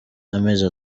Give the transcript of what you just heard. amezi